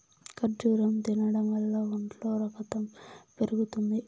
ఖర్జూరం తినడం వల్ల ఒంట్లో రకతం పెరుగుతుంది